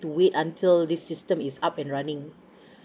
to wait until this system is up and running